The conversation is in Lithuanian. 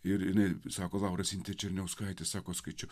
ir sako laura sintija černiauskaitė sako skaičiau